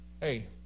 Hey